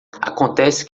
acontece